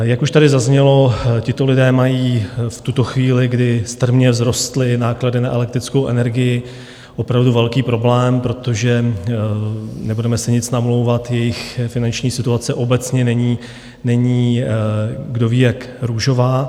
Jak už tady zaznělo, tito lidé mají v tuto chvíli, kdy strmě vzrostly náklady na elektrickou energii, opravdu velký problém, protože, nebudeme si nic namlouvat, jejich finanční situace obecně není kdovíjak růžová.